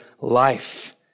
life